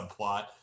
subplot